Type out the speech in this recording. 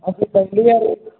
ਅਸੀਂ ਪਹਿਲੀ ਵਾਰ